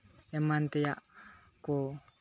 ᱮᱢᱟᱱ ᱛᱮᱭᱟᱜ ᱠᱚ